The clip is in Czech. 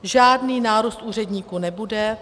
Žádný nárůst úředníků nebude.